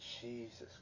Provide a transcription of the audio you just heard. Jesus